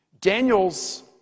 Daniel's